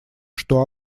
что